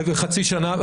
וחצי שנה.